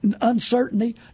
uncertainty